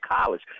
college